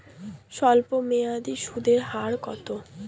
স্বল্পমেয়াদী সুদের হার কত?